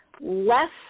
less